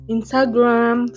Instagram